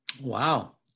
Wow